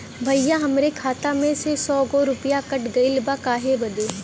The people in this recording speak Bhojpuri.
भईया हमरे खाता मे से सौ गो रूपया कट गइल बा काहे बदे?